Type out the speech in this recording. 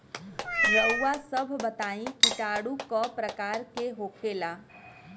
रउआ सभ बताई किटाणु क प्रकार के होखेला?